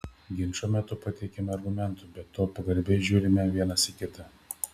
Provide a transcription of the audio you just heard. ginčo metu pateikiame argumentų be to pagarbiai žiūrime vienas į kitą